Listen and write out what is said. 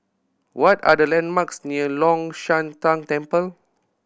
what are the landmarks near Long Shan Tang Temple